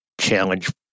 challenge